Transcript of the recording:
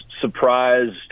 surprised